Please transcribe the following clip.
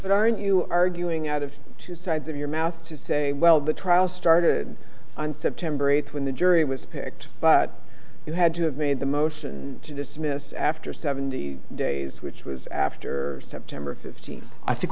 but are you arguing out of two sides of your mouth well the trial started on september eighth when the jury was picked but you had to have made the motion to dismiss after seven days which was after september fifteenth i think